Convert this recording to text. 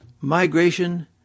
migration